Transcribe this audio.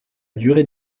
durée